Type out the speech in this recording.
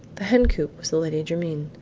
the hen-coop was the lady jermyn.